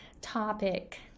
topic